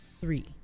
three